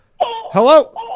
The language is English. hello